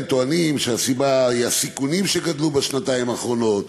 הם טוענים שהסיבות הן הסיכונים שגדלו בשנתיים האחרונות,